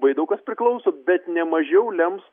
labai daug kas priklauso bet nemažiau lems